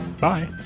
Bye